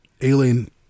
alien